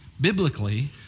biblically